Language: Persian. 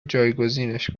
جایگزینش